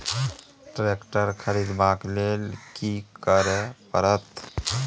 Tractor खरीदबाक लेल की करय परत?